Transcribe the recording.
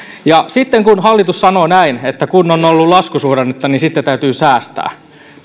ja sitten hallitus sanoo näin että kun on on ollut laskusuhdannetta niin sitten täytyy säästää